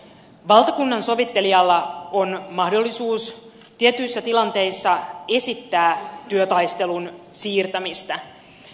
valtakunnansovittelijalla on mahdollisuus tietyissä tilanteissa esittää työtaistelun siirtämistä